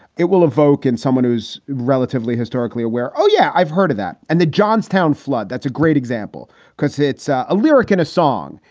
it will evoke in someone who's relatively historically aware. oh, yeah, i've heard of that and the johnstown flood, that's a great example because it's ah a lyric in a song.